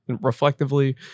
reflectively